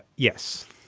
yes.